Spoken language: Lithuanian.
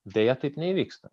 deja taip neįvyksta